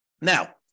Now